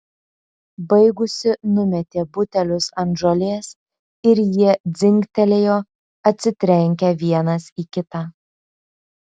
baigusi numetė butelius ant žolės ir jie dzingtelėjo atsitrenkę vienas į kitą